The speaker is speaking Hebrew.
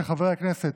של חברי הכנסת